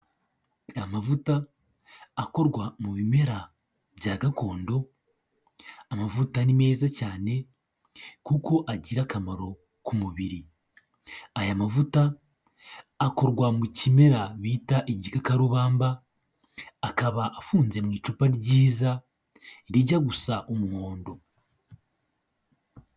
Amavuta akorwa mu bimera bya gakondo, amavuta ni meza cyane kuko agira akamaro ku mubiri. Aya mavuta akorwa mu kimera bita igikarubamba, akaba afunze mu icupa ryiza rijya gusa umuhondo.